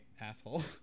asshole